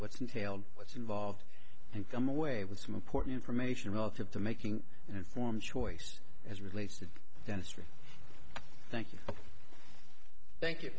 tail what's involved and come away with some important information relative to making an informed choice as relates to dentistry thank you thank you